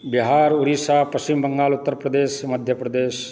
Bihar Orissa Paschim Bengal Uttar Pradesh Madhya Pradesh